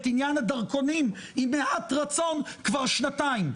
עניין הדרכונים עם מעט רצון כבר שנתיים,